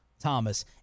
Thomas